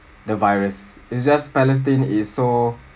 the virus it's just palestine is so